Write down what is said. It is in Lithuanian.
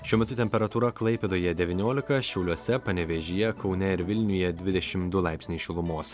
šiuo metu temperatūra klaipėdoje devyniolika šiauliuose panevėžyje kaune ir vilniuje dvidešim du laipsniai šilumos